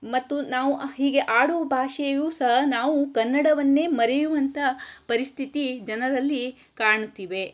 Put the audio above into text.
ಮತ್ತು ನಾವು ಹೀಗೆ ಆಡುಭಾಷೆಯೂ ಸಹ ನಾವು ಕನ್ನಡವನ್ನೇ ಮರೆಯುವಂಥ ಪರಿಸ್ಥಿತಿ ಜನರಲ್ಲಿ ಕಾಣುತ್ತಿವೆ